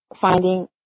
Finding